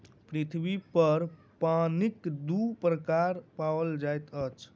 पृथ्वी पर पानिक दू प्रकार पाओल जाइत अछि